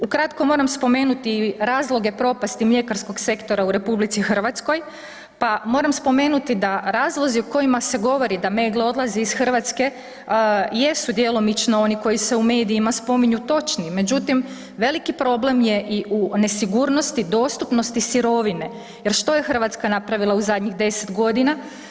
Ukratko, moram spomenuti razloge propasti mljekarskog sektora u RH pa moram spomenuti da razlozi u kojima se govori da Meggle odlazi iz Hrvatske, jesu djelomično oni koji se u medijima spominju točnim, međutim, veliki problem ja i u nesigurnosti, dostupnosti sirovine jer što je Hrvatska napravila u zadnjih 10 godina?